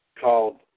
called